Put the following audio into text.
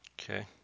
Okay